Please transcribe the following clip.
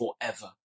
forever